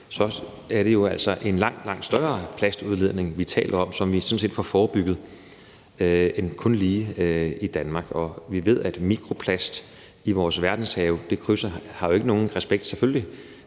er det jo altså en langt, langt større plastudledning, vi taler om, og som vi sådan set får forebygget, end kun lige den i Danmark. Vi ved, at mikroplast i vores verdenshave jo selvfølgelig ikke har nogen respekt for